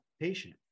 patient